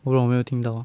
我不懂没有听到